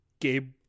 Gabe